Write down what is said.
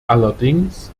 allerdings